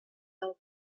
del